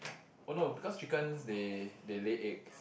oh no because chickens they they lay eggs